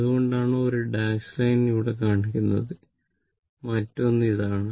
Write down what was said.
അതുകൊണ്ടാണ് 1 dash line ഇവിടെ കാണിക്കുന്നത് മറ്റൊന്ന് ഇതാണ്